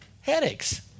headaches